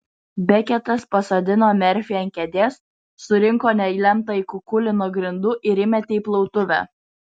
beketas pasodino merfį ant kėdės surinko nelemtąjį kukulį nuo grindų ir įmetė į plautuvę